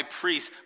priests